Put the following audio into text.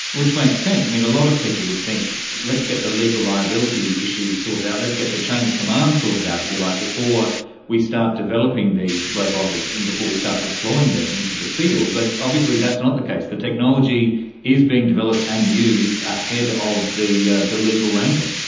which makes sense. and a lot of people would think let's get the legal liability issues sorted out, let's get the chain of command sorted out, if you like, before we start developing these robotics and before we start deploying them into the field. but obviously that's not the case, the technology is being developed and used ahead of the yeah the legal wrangling.